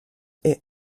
est